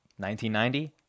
1990